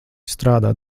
strādā